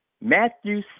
Matthew